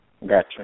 Gotcha